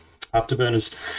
afterburners